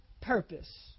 purpose